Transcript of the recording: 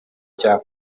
cya